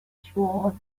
swore